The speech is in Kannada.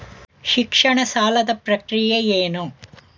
ಶಿಕ್ಷಣ ಸಾಲದ ಪ್ರಕ್ರಿಯೆ ಏನು?